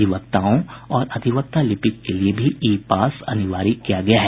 अधिवक्ताओं और अधिवक्ता लिपिक के लिए भी ई पास अनिवार्य किया गया है